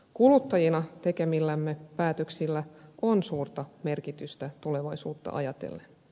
kuluttajina tekemillämme päätöksillä on suuri merkitys tulevaisuutta ajatellen